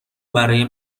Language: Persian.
برای